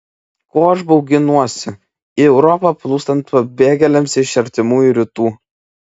ko aš bauginuosi į europą plūstant pabėgėliams iš artimųjų rytų